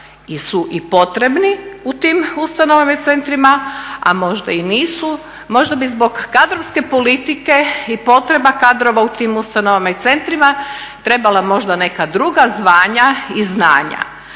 su i potrebni u tim ustanovama i centrima a možda i nisu. Možda bi zbog kadrovske politike i potreba kadrova u tim ustanovama i centrima trebala možda neka druga zvanja i znanja,